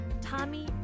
Tommy